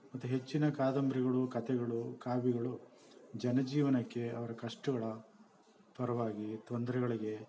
ಮತ್ತೆ ಹೆಚ್ಚಿನ ಕಾದಂಬರಿಗಳು ಕಥೆಗಳು ಕಾವ್ಯಗಳು ಜನ ಜೀವನಕ್ಕೆ ಅವರ ಕಷ್ಟಗಳ ಪರವಾಗಿ ತೊಂದರೆಗಳಿಗೆ